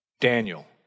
Daniel